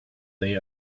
they